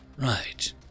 right